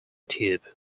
tube